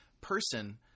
person